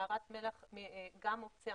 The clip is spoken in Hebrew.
מערת מלח גם אופציה